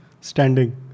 standing